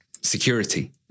security